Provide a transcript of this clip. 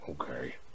Okay